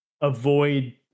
avoid